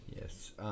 Yes